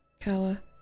Kala